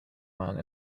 man